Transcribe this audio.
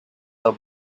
the